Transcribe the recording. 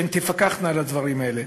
שתפקחנה על הדברים האלה,